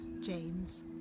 James